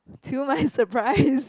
too much surprise